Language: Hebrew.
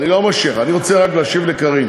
אני לא מושך, אני רוצה רק להשיב לקארין.